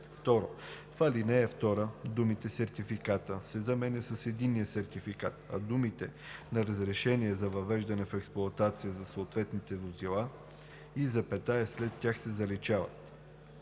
т. 1“. 2. В ал. 2 думата „сертификата“ се заменя с „единния сертификат“, а думите „на разрешение за въвеждане в експлоатация за съответните возила“ и запетаята след тях се заличават.